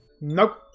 Nope